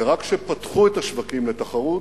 ורק כשפתחו את השווקים לתחרות,